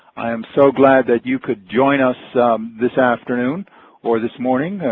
i am so glad that you could join us this afternoon or this morning,